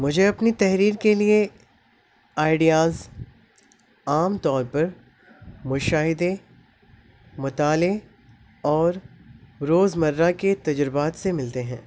مجھے اپنی تحریر کے لیے آئیڈیاز عام طور پر مشاہدے مطالعے اور روز مرہ کے تجربات سے ملتے ہیں